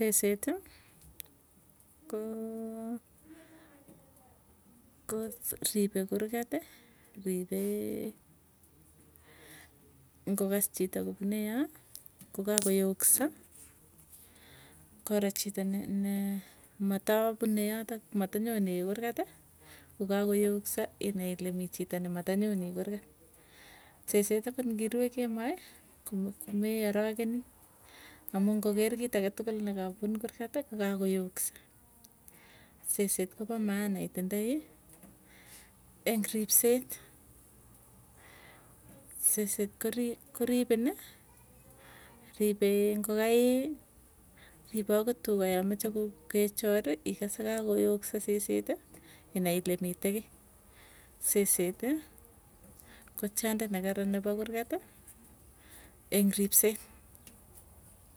Seseti koo ko ripe kurgati, ripee ngokas chito kopune yoo kokakoyoksa koro chito ne nematapune yotok, matanyonii kurgati. Kokakoyoksa inai ilee miii chito nematanyoni kurgat. Seset akot ngirue kemoi, komee arokeni, amuu ngoker kiit aketukul nekapun kurkat kokako yoksa. Seset kopa maana itindoi eng ripset, seset koripini ripee ngokaik ripee akot tugaa yameche kechori, ikase kakoyoksa seseti inai ilee mitee kii, seset ko tiondo nekaran nepo kurgati eng ripset.